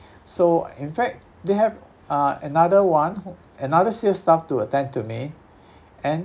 so in fact they have uh another one another sales staff to attend to me and